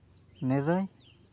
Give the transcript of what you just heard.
ᱱᱤᱨᱟᱹᱭ